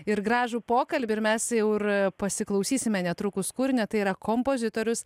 ir gražų pokalbį ir mes jau ir pasiklausysime netrukus kūrinio tai yra kompozitorius